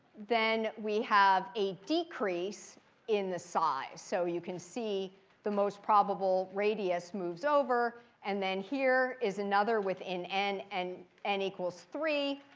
then we have a decrease in the size. so you can see the most probable radius moves over. and then here is another within n. and n equals three.